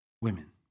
women